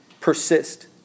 persist